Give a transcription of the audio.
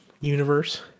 universe